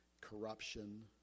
corruption